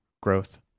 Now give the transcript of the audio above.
growth